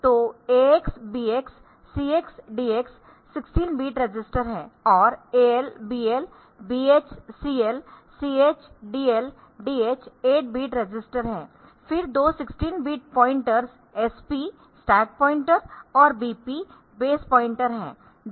तो AX BX CX DX 16 bit register है और AL BL BH CL CH DL DH 8 bit register है फिर दो 16 bit pointers SP stack pointer और BP बेस पॉइंटर है